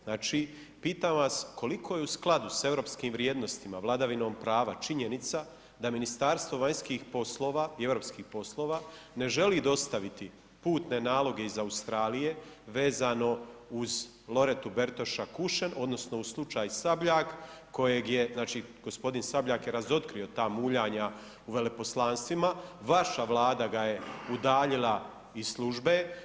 Znači, pitam vas koliko je u skladu s europskim vrijednostima, vladavinom prava, činjenica da Ministarstvo vanjskih i europskih poslova ne želi dostaviti putne naloge iz Australije vezano uz Loretu Bertoša Kušen odnosno u slučaju Sabljak kojeg je, znači gospodin Sabljak je razotkrio ta muljanja u veleposlanstvima, vaša Vlada ga je udaljila iz službe.